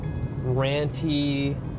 ranty